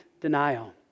denial